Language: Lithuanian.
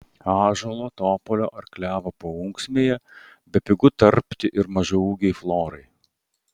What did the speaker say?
ąžuolo topolio ar klevo paunksmėje bepigu tarpti ir mažaūgei florai